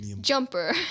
Jumper